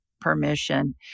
permission